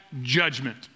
judgment